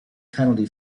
penalty